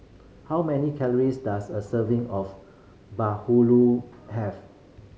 how many calories does a serving of bahulu have